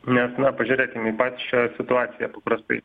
nes na pažiūrėkim į pačią situaciją paprastai